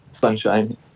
sunshine